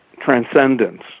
transcendence